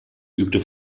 übte